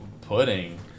Pudding